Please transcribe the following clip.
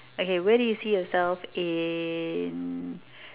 okay where do you see yourself in